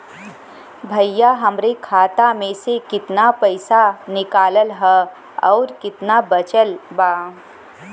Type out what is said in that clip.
भईया हमरे खाता मे से कितना पइसा निकालल ह अउर कितना बचल बा?